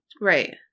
Right